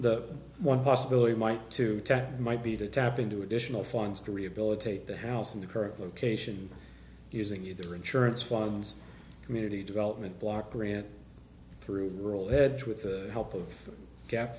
the one possibility might to tap might be to tap into additional funds to rehabilitate the house in the current location using either insurance ones community development block grant through the world head with the help of gap